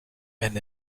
and